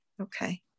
okay